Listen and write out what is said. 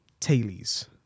tailies